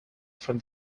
from